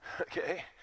okay